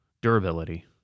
Durability